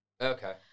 Okay